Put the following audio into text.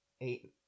eight